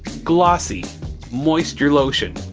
glossy moisture lotion.